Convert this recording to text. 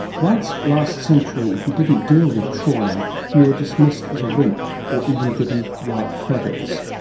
once, last century, if you didn't deal with trauma, you were dismissed as a wimp, or even given white feathers.